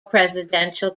presidential